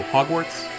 Hogwarts